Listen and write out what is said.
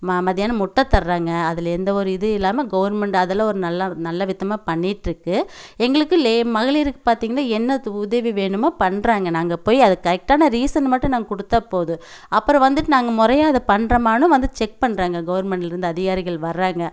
மா மதியானம் முட்டை தர்றாங்க அதில் எந்த ஒரு இது இல்லாமல் கவர்மெண்ட் அதெல்லாம் ஒரு நல்லா நல்ல விதமாக பண்ணியிட்டுருக்கு எங்களுக்கு லே மகளிருக் பார்த்தீங்கன்னா என்ன து உதவி வேணுமோ பண்ணுறாங்க நாங்கள் போய் அதுக்கு கரெக்டான ரீசன் மட்டும் நாங்க கொடுத்தா போதும் அப்புறம் வந்துட்டு நாங்க முறையா அதை பண்ணுறோமானு வந்து செக் பண்ணுறாங்க கவுர்மெண்ட்லேருந்து அதிகாரிகள் வர்றாங்க